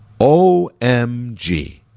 OMG